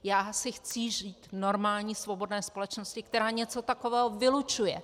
Já si chci žít v normální svobodné společnosti, která něco takového vylučuje.